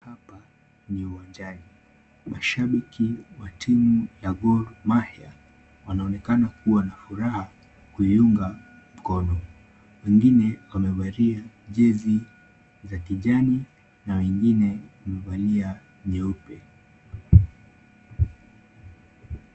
Hapa ni uwanjani. Mashabiki wa timu ya Gor Mahia wanaonekana kuwa na furaha kuiunga mikono. Wengine wamevalia jezi za kijani na wengine wamevalia nyeupe.